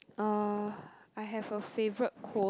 uh I have a favorite quote